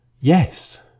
yes